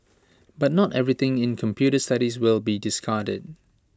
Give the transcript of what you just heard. but not everything in computer studies will be discarded